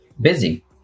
busy